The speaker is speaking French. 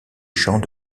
chants